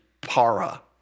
para